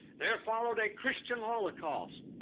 there followed a christian holocaust,